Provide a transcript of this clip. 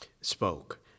spoke